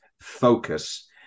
focus